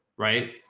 right.